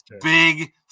big